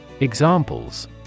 Examples